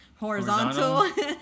horizontal